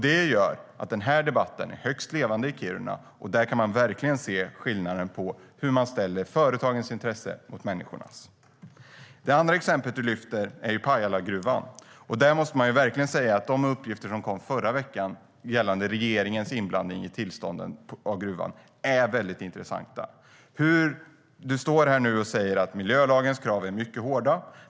Det gör att den här debatten är högst levande i Kiruna, och där kan man verkligen se skillnaden när företagens intressen ställs mot människornas. Det andra exempel som Cecilie Tenfjord-Toftby lyfter fram är Pajalagruvan. Där måste man verkligen säga att de uppgifter som kom förra veckan gällande regeringens inblandning i tillstånden för gruvan är väldigt intressanta. Cecilie Tenfjord-Toftby står nu här och säger att miljölagens krav är mycket hårda.